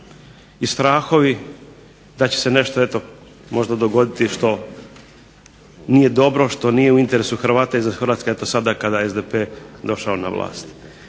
i strahovi da će se nešto dogoditi što nije dobro, što nije u interesu Hrvata izvan RH sada kada je SDP došao na vlast?